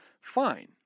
fine